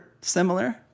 similar